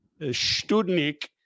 Studnik